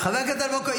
חבר הכנסת אלמוג כהן,